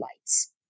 lights